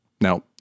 Now